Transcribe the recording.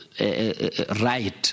right